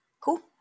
Cool